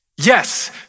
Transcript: Yes